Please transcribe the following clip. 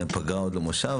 פגרה ולא במושב,